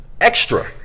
extra